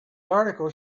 article